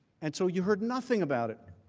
and so you heard nothing about it.